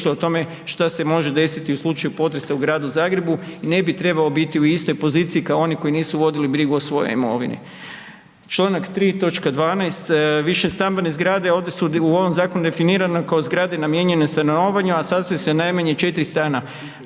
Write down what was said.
o tome šta se može desiti u slučaju potresa u Gradu Zagrebu i ne bi trebao biti u istoj poziciji kao oni koji nisu vodili brigu o svojoj imovini. Čl. 3. toč. 12. višestambene zgrade ovdje su u ovom zakonu definirane kao zgrade namijenjene stanovanju, a sastoje se od najmanje 4 stana.